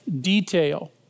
detail